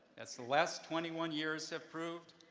as the last twenty one years have proved,